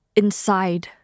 inside